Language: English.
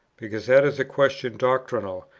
because that is a question doctrinal,